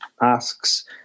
asks